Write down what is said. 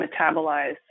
metabolize